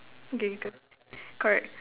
okay cor~ correct